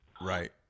Right